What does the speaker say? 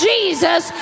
Jesus